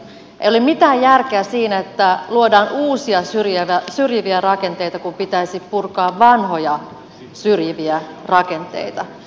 ei ole mitään järkeä siinä että luodaan uusia syrjiviä rakenteita kun pitäisi purkaa vanhoja syrjiviä rakenteita